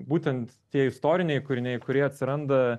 būtent tie istoriniai kūriniai kurie atsiranda